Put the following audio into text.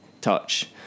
touch